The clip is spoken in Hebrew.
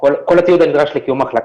כל הציוד הנדרש לקיום מחלקה.